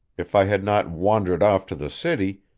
if i had not wandered off to the city,